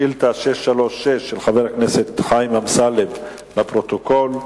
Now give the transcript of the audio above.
שאילתא 936 של חבר הכנסת חיים אמסלם, לפרוטוקול.